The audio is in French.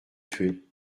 tué